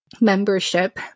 membership